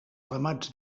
remats